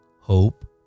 Hope